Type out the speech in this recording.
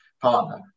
partner